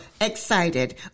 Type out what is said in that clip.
excited